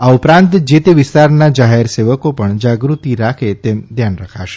આ ઉપરાંત જે તે વિસ્તારના જાહેર સેવકો પણ જાગૃતિ રાખે તેમ ધ્યાન રખાશે